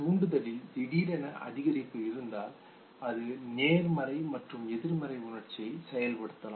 தூண்டுதலில் திடீரென அதிகரிப்பு இருந்தால் அது நேர்மறை மற்றும் எதிர்மறை உணர்ச்சியை செயல்படுத்தலாம்